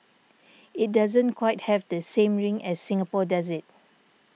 it doesn't quite have the same ring as Singapore does it